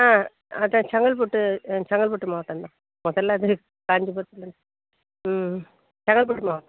ஆ அதுதான் செங்கல்பட்டு செங்கல்பட்டு மாவட்டம்தான் முதல்ல வந்து காஞ்சிபுரத்துலேருந்து ம் செங்கல்பட்டு மாவட்டம்